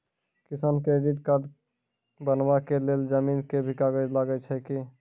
किसान credit card बनबा के लेल जमीन के भी कागज लागै छै कि?